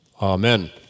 amen